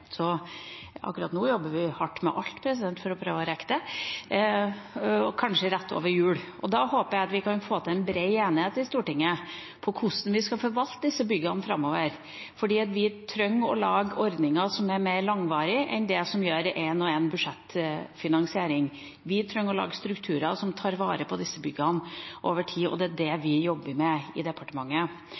akkurat nå jobber vi hardt med alt for å prøve å rekke det – kanskje rett over jul. Da håper jeg at vi kan få til en bred enighet i Stortinget rundt hvordan vi skal forvalte disse byggene framover, for vi trenger å lage ordninger som er mer langvarige enn det som gjøres i én og én budsjettfinansiering. Vi trenger å lage strukturer som tar vare på disse byggene over tid, og det er det vi jobber med i departementet.